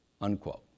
Unquote